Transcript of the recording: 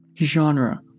genre